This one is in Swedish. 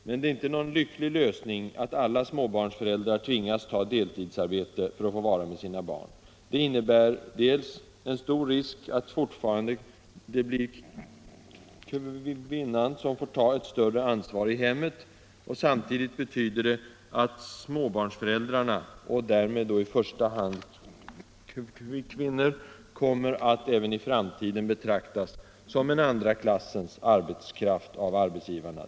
Men det är inte någon lycklig lösning att alla småbarnsföräldrar tvingas ta deltidsarbete för att få vara med sina barn. Det innebär en stor risk för att kvinnan fortfarande kommer att få ta ett större ansvar i hemmet. Samtidigt betyder det att småbarnsföräldrar — och då i första hand kvinnor —-även i framtiden kommer att betraktas som en andra klassens arbetskraft av arbetsgivarna.